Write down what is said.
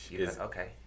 Okay